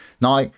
Now